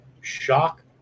Shock